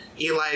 Eli